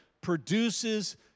produces